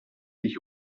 ich